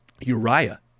Uriah